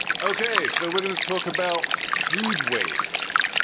ok, so we're going to talk about food waste.